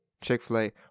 Chick-fil-A